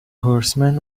horsemen